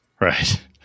Right